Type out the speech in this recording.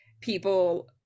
people